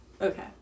Okay